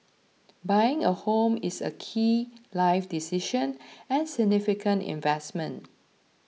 buying a home is a key life decision and significant investment